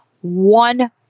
one